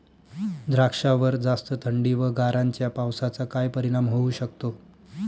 द्राक्षावर जास्त थंडी व गारांच्या पावसाचा काय परिणाम होऊ शकतो?